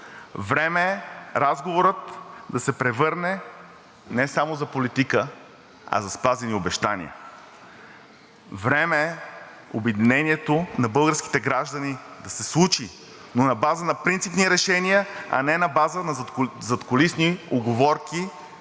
Време е разговорът за политика да се превърне в разговор за спазени обещания. Време е обединението на българските граждани да се случи, но на база на принципни решения, а не на база на задкулисни уговорки